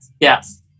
Yes